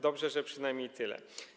Dobrze, że przynajmniej tyle.